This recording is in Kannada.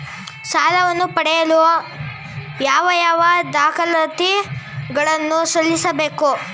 ಸಾಲವನ್ನು ಪಡೆಯಲು ಯಾವ ಯಾವ ದಾಖಲಾತಿ ಗಳನ್ನು ಸಲ್ಲಿಸಬೇಕು?